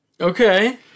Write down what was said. Okay